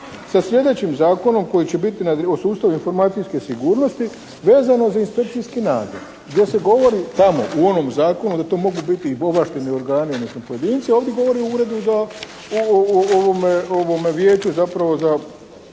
sa sljedećim zakonom koji će biti o sustavu informacijske sigurnosti vezano za inspekcijski nadzor gdje se govori tamo u onom zakonu da to mogu biti i ovlašteni organi, dakle pojedinci, dakle ovdje govori o uredu za, o vijeću zapravo za